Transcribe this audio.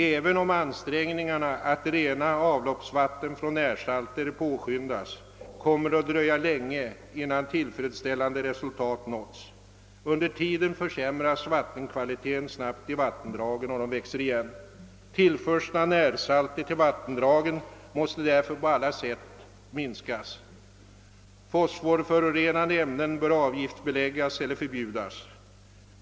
Även om ansträngningarna att rena avloppsvatten från närsalter påskyndas, kommer det att dröja länge innan tillfredsställande resultat nåtts. Under tiden försämras vattenkvaliteten snabbt i vattendragen och de växer igen. Tillförseln av närsalter till vattendragen måste därför på alla sätt minskas. Fosforförorenande ämnen bör avgiftsbeläggas eller förbjudas.